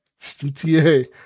gta